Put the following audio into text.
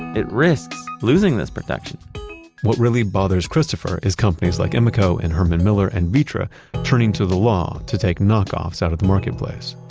it risks losing this protection what really bothers christopher is companies like emeco and herman miller and vitra turning to the law to take knockoffs out of the marketplace.